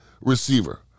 receiver